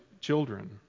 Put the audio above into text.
children